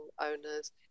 owners